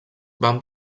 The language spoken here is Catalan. van